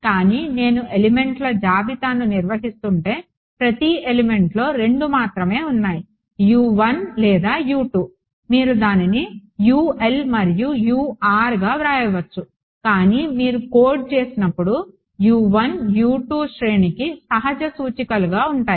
కానీ నేను ఎలిమెంట్ల జాబితాను నిర్వహిస్తుంటే ప్రతి ఎలిమెంట్లో రెండు మాత్రమే ఉన్నాయి లేదా మీరు దానిని UL మరియు URగా వ్రాయవచ్చు కానీ మీరు కోడ్ చేసినప్పుడు శ్రేణికి సహజ సూచికలుగా ఉంటాయి